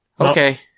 Okay